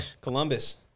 Columbus